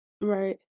Right